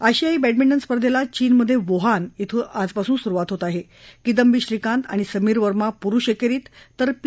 आशियाई बटीमिंटन स्पर्धेला चीनमधव्हिहान ध्वे आजपासून सुरुवात होत आहध्विदबी श्रीकांत आणि समीर वर्मा पुरुष एक्सीत तर पी